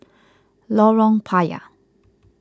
Lorong Payah